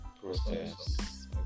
process